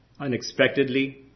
unexpectedly